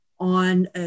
on